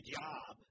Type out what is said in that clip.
job